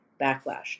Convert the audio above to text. backlash